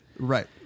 Right